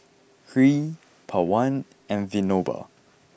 Hri Pawan and Vinoba